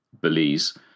Belize